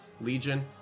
Legion